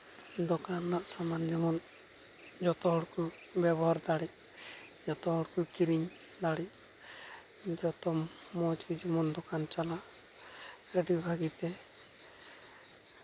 ᱫᱚᱠᱟᱱᱟᱜ ᱥᱟᱢᱟᱱ ᱡᱮᱢᱚᱱ ᱡᱚᱛᱚ ᱦᱚᱲ ᱠᱚ ᱵᱮᱵᱚᱦᱟᱨ ᱫᱟᱲᱮᱜ ᱡᱚᱛᱚ ᱦᱚᱲᱠᱚ ᱠᱤᱨᱤᱧ ᱫᱟᱲᱮᱜ ᱡᱚᱛᱚ ᱢᱚᱡᱽ ᱜᱮ ᱡᱮᱢᱚᱱ ᱫᱚᱠᱟᱱ ᱪᱟᱞᱟᱜ ᱟᱹᱰᱤ ᱵᱷᱟᱹᱜᱤᱛᱮ